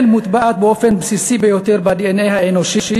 מוטבעת באופן בסיסי ביותר בדנ"א האנושי,